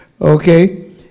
Okay